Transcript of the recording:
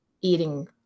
eating